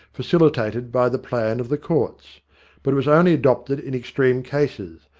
facilitated by the plan of the courts but it was only adopted in extreme cases,